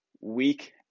week